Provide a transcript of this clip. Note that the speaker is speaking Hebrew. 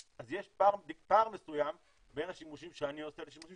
אז יש פער מסוים בין השימושים שאני עושה לשימושים